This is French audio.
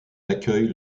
accueille